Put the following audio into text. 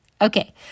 Okay